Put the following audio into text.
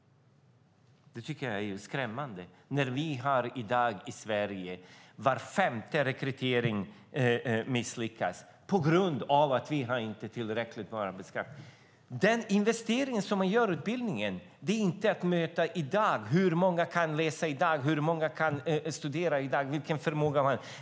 Det tycker jag är skrämmande när var femte rekrytering i Sverige i dag misslyckas på grund av att vi inte har tillräckligt bra arbetskraft. Den investering som vi gör i utbildning handlar inte om att mäta hur många som kan studera i dag och deras förmåga.